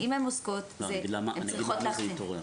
אני אגיד לך למה זה התעורר.